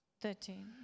thirteen